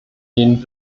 den